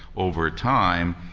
over time,